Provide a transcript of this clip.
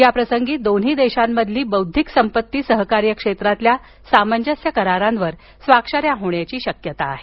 या प्रसंगी दोन्ही देशांमधील बौद्धिक संपत्ती सहकार्य क्षेत्रातील सामंजस्य करारावर स्वाक्षरी होण्याची शक्यता आहे